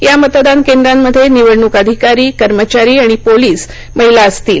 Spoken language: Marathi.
या मतदान केंद्रांमध्ये निवडणूक अधिकारी कर्मचारी आणि पोलिस महिला असतील